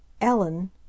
Ellen